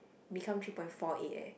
become three point four eight eh